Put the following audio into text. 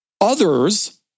Others